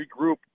regroup